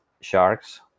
sharks